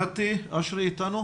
נתי אשרי איתנו?